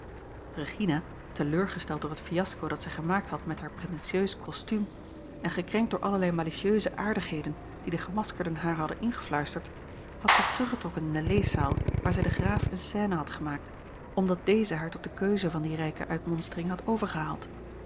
regina teleurgesteld door het fiasco dat zij gemaakt had met haar pretentieus kostuum en gekrenkt door allerlei malicieuze aardigheden die de gemaskerden haar hadden ingefluisterd had zich teruggetrokken in de leeszaal waar zij den graaf eene scène had gemaakt omdat deze haar tot de keuze van die rijke uitmonstering had